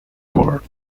court